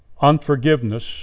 Unforgiveness